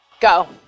go